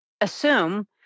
assume